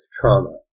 trauma